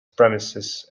premises